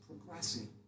progressing